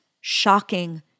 shocking